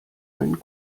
einen